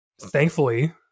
thankfully